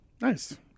Nice